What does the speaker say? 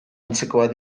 antzekoak